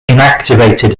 inactivated